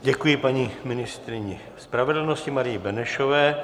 Děkuji paní ministryni spravedlnosti Marii Benešové.